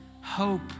hope